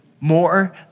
more